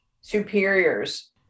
superiors